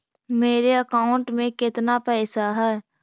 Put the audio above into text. मेरे अकाउंट में केतना पैसा है?